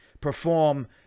perform